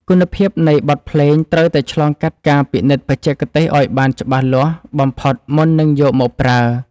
គុណភាពនៃបទភ្លេងត្រូវតែឆ្លងកាត់ការពិនិត្យបច្ចេកទេសឱ្យបានច្បាស់លាស់បំផុតមុននឹងយកមកប្រើ។